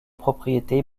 propriété